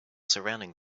surrounding